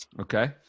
Okay